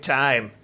time